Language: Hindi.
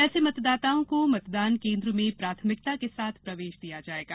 ऐसे मतदाताओं को मतदान कोन्द्र में प्राथमिकता के साथ प्रवेश दिया जायेगा